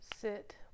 sit